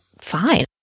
fine